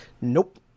Nope